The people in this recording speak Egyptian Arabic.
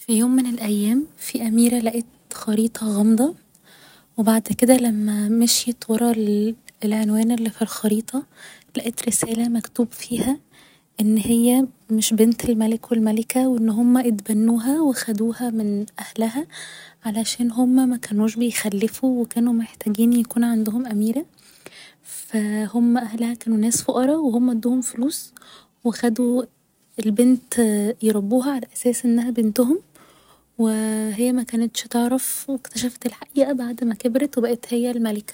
في يوم من الأيام في أميرة لقت خريطة غامضة و بعد كده لما مشيت ورا العنوان اللي في الخريطة لقت رسالة مكتوب فيها ان هي مش بنت الملك و الملكة و ان هما اتبنوها و خدوها من أهلها علشان هما مكنوش بيخلفوا و كانو محتاجين يكون عندهم أميرة ف هما أهلها كانو ناس فقرا و هما ادوهم فلوس و خدو البنت يربوها على أساس انها بنتهم و هي مكنتش تعرف و اكتشفت الحقيقة بعد ما كبرت و بقت هي الملكة